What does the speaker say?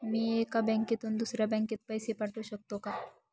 मी एका बँकेतून दुसऱ्या बँकेत पैसे पाठवू शकतो का?